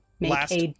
last